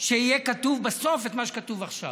שיהיה כתוב בסוף מה שכתוב עכשיו.